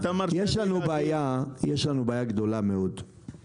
יש לנו בעיה גדולה מאוד.